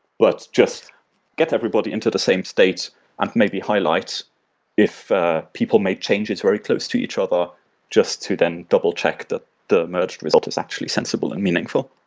but just get everybody into the same state and maybe highlight if people made changes very close to each other just to then double check the the merged result is actually sensible and meaningful